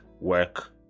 work